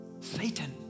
Satan